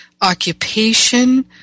occupation